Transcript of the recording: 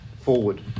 forward